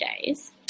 days